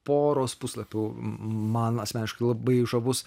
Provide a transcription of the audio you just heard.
poros puslapių man asmeniškai labai žavus